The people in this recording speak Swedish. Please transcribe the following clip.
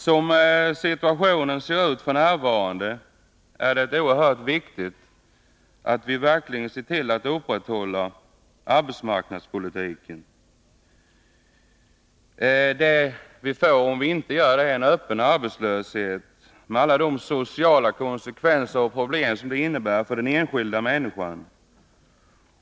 Som situationen f. n. är, är det oerhört viktigt att vi verkligen ser till att arbetsmarknadspolitiken upprätthålls. Om vi inte gör det, får vi en öppen arbetslöshet med alla de sociala problem och andra konsekvenser som det för med sig för den enskilda människan.